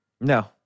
No